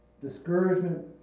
discouragement